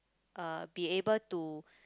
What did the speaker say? uh be able to